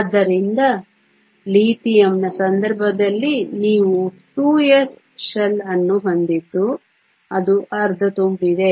ಆದ್ದರಿಂದ ಲಿಥಿಯಂನ ಸಂದರ್ಭದಲ್ಲಿ ನೀವು 2s ಶೆಲ್ ಅನ್ನು ಹೊಂದಿದ್ದು ಅದು ಅರ್ಧ ತುಂಬಿದೆ